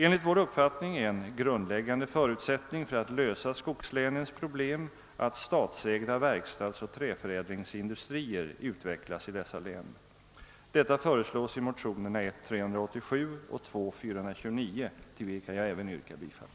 Enligt vår uppfattning är en grundläggande förutsättning för att lösa skogslänens problem att statsägda verkstadsoch träförädlingsindustrier utvecklas i dessa län. Detta föreslås i motionerna I: 387 och II: 429, till vilka jag även yrkar bifall.